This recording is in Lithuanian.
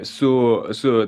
su su